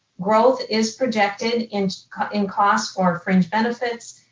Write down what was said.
growth is projected and in costs or fringe benefits,